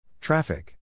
Traffic